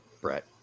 Brett